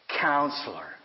Counselor